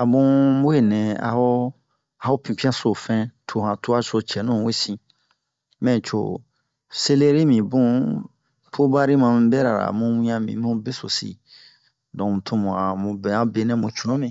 a bun we nɛ a ho a ho pinpiyan so fɛn to han tuwa so cɛnu wesin mɛco seleri mi bun pobari mamu berara mu wiɲan mi mu besosi donk tomu a mube a benɛ mu cunu mi